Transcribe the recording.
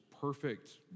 perfect